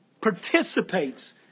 participates